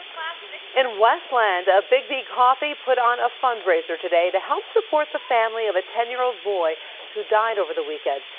and westland, a biggby coffee put on a fund-raiser to help support the family of a ten year old boy who died over the weekend.